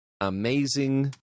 amazing